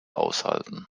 aushalten